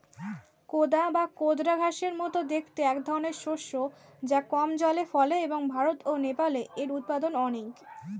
কোদা বা কোদরা ঘাসের মতো দেখতে একধরনের শস্য যা কম জলে ফলে এবং ভারত ও নেপালে এর উৎপাদন অনেক